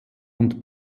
und